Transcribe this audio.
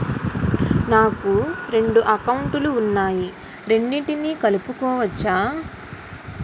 నాకు రెండు అకౌంట్ లు ఉన్నాయి రెండిటినీ కలుపుకోవచ్చా?